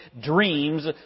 dreams